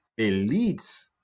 elites